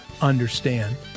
understand